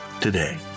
today